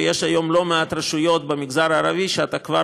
ויש היום לא מעט רשויות במגזר הערבי שאתה כבר